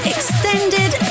Extended